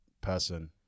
person